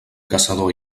caçador